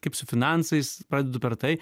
kaip su finansais pradedu per tai